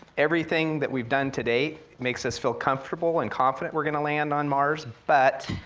everything that we've done today makes us feel comfortable and confident we're gonna land on mars, but,